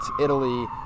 Italy